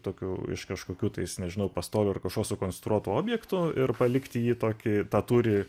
tokiu iš kažkokių tais nežinau pastovių ar kažko sukonstruotu objektu ir palikti jį tokį tą tūrį